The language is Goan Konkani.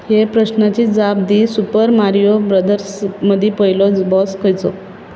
हे प्रस्नाची जाप दी सुपर मारीयो ब्रदर्सां मदीं पयलो बॉस खंयचो